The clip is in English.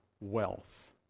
wealth